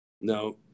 No